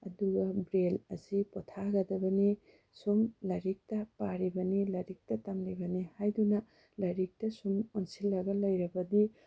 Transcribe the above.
ꯑꯗꯨꯒ ꯕ꯭ꯔꯦꯜ ꯑꯁꯤ ꯄꯣꯊꯥꯒꯗꯕꯅꯤ ꯁꯨꯝ ꯂꯥꯏꯔꯤꯛꯇ ꯄꯥꯔꯤꯕꯅꯤ ꯂꯥꯏꯔꯤꯛꯇ ꯇꯝꯂꯤꯕꯅꯤ ꯍꯥꯏꯗꯨꯅ ꯂꯥꯏꯔꯤꯛꯇ ꯁꯨꯝ ꯑꯣꯟꯁꯤꯜꯂꯒ ꯂꯩꯔꯕꯗꯤ